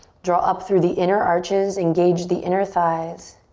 draw up through the inner arches. engage the inner thighs.